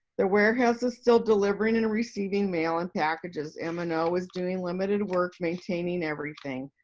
the warehouse is still delivering and receiving mail and packages. m and o is doing limited work maintaining everything.